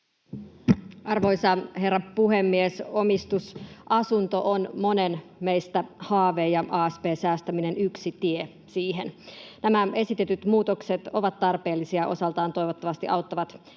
Arvoisa herra puhemies! Omistusasunto on monen meistä haave ja asp-säästäminen yksi tie siihen. Nämä esitetyt muutokset ovat tarpeellisia, ja osaltaan ne toivottavasti auttavat